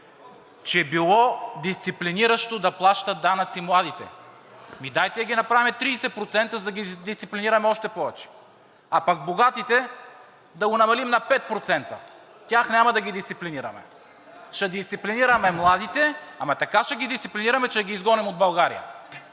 Че било дисциплиниращо да плащат данъци младите?! Ами, дайте да ги направим 30%, за да ги дисциплинираме още повече?! А пък за богатите да ги намалим на 5%?! Тях няма да ги дисциплинираме! Ще дисциплинираме младите, ама така ще ги дисциплинираме, че да ги изгоним от България!